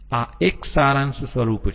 આ એક સારાંશ સ્વરૂપ છે